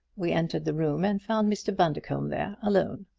we entered the room and found mr. bundercombe there alone.